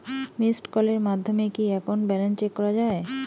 Missed কলের মাধ্যমে কি একাউন্ট ব্যালেন্স চেক করা যায়?